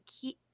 keep –